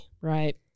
Right